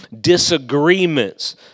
disagreements